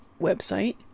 website